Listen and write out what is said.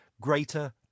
greater